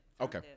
Okay